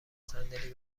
صندلی